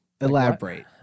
elaborate